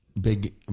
big